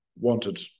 wanted